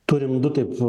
turim du taip